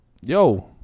Yo